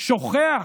שוכח